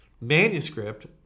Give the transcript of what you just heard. manuscript